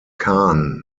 khan